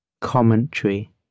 commentary